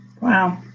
Wow